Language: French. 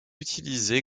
utilisé